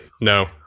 No